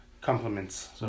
compliments